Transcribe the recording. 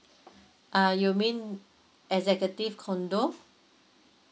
uh you mean executive condo